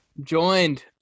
Joined